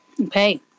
Okay